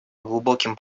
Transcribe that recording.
глубоким